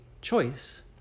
choice